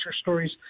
stories